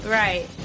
right